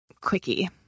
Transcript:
quickie